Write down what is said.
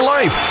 Life